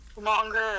longer